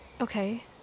Okay